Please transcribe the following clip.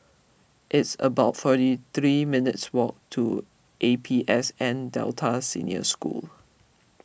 it's about forty three minutes' walk to A P S N Delta Senior School